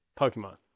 Pokemon